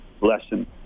lesson